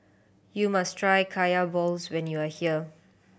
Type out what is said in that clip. you must try Kaya balls when you are here